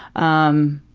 um.